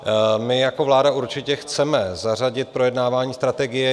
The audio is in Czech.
My jako vláda určitě chceme zařadit projednávání strategie.